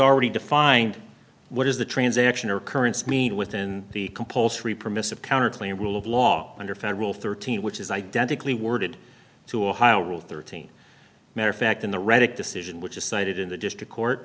already defined what is the transaction or occurrence mean within the compulsory permissive counterclaim rule of law under federal thirteen which is identically worded to ohio rule thirteen matter of fact in the reddick decision which is cited in the district court